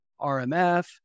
RMF